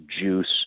juice